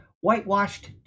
whitewashed